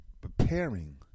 preparing